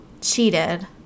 cheated